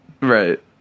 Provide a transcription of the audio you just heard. Right